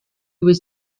was